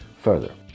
further